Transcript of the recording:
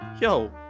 yo